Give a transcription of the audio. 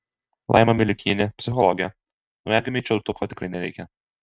laima miliukienė psichologė naujagimiui čiulptuko tikrai nereikia